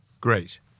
Great